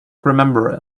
remember